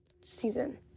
season